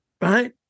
right